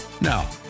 Now